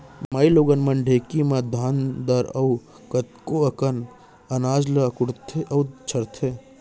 माइलोगन मन ढेंकी म धान दार अउ कतको अकन अनाज ल कुटथें अउ छरथें